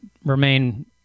remain